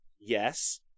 Yes